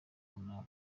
runaka